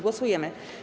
Głosujemy.